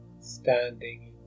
standing